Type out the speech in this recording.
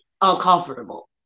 uncomfortable